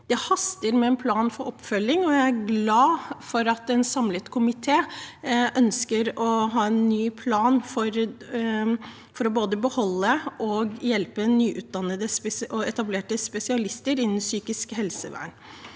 Det haster med en plan for oppfølging. Jeg er glad for at en samlet komité ønsker å ha en ny plan for både å beholde og hjelpe nyutdannede og etablerte spesialister innen psykisk helsevern.